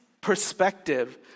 perspective